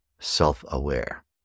self-aware